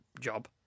job